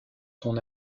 son